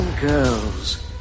girls